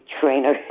trainer